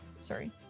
Sorry